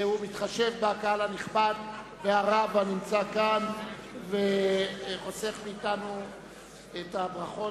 הוא מתחשב בקהל הנכבד והרב הנמצא כאן וחוסך מאתנו את הברכות,